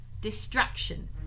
distraction